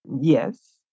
Yes